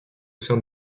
sein